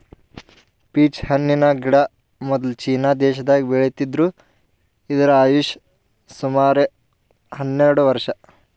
peach ಹಣ್ಣಿನ್ ಗಿಡ ಮೊದ್ಲ ಚೀನಾ ದೇಶದಾಗ್ ಬೆಳಿತಿದ್ರು ಇದ್ರ್ ಆಯುಷ್ ಸುಮಾರ್ ಹನ್ನೆರಡ್ ವರ್ಷ್